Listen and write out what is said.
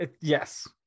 Yes